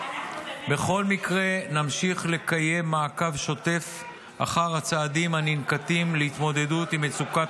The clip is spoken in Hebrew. בכל מקרה נמשיך לקיים מעקב שוטף אחר הצעדים הננקטים להתמודדות עם מצוקת